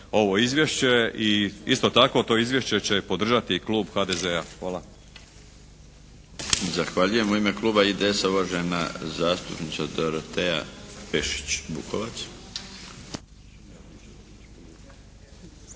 ovo izvješće i isto tako to izvješće će podržati klub HDZ-a.